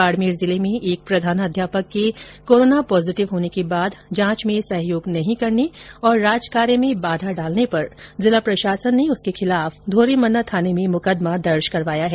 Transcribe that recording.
बाड़मेर जिले में एक प्रधानाध्यापक के कोरोना पॉजिटिव होने के बाद जांच में सहयोग नहीं करने और राजकार्य में बाधा डालने पर जिला प्रशासन ने उसके खिलाफ धोरीमन्ना थाने में मुकदमा दर्ज करवाया है